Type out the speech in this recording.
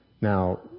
Now